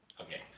Okay